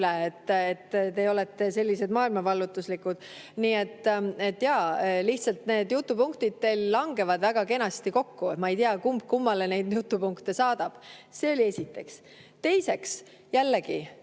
üle. Te olete sellised maailmavallutuslikud. Nii et lihtsalt need jutupunktid langevad teil väga kenasti kokku. Ma ei tea, kumb kummale neid jutupunkte saadab. See oli esiteks. Teiseks, jällegi,